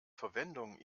verwendung